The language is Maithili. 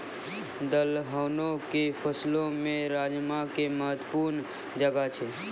दलहनो के फसलो मे राजमा के महत्वपूर्ण जगह छै